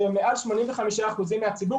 שהם מעל 85% מהציבור,